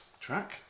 track